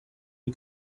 are